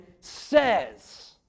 says